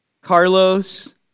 Carlos